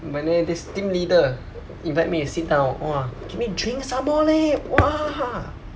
but th~ this team leader invite me sit down !wah! give me drink some more leh !wah!